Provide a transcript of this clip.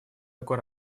такой